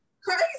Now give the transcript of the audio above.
Crazy